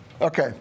Okay